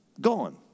Gone